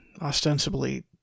ostensibly